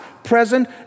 present